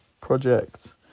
project